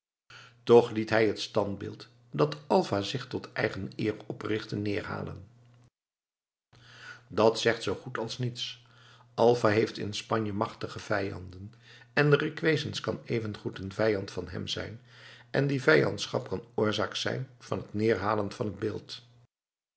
toch liet hij het standbeeld dat alva zich tot eigen eer oprichtte neerhalen dat zegt zoo goed als niets alva heeft in spanje machtige vijanden en requesens kan even goed een vijand van hem zijn en die vijandschap kan oorzaak zijn van het neerhalen van het beeld